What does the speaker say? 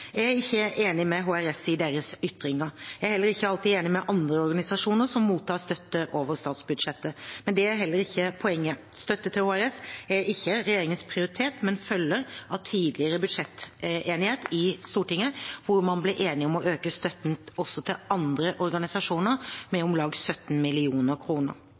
Jeg er ikke enig med HRS i deres ytringer. Jeg er heller ikke alltid enig med andre organisasjoner som mottar støtte over statsbudsjettet. Det er heller ikke poenget. Støtte til HRS er ikke regjeringens prioritet, men følger av tidligere budsjettenighet i Stortinget, hvor man ble enige om å øke støtten også til andre organisasjoner med om lag 17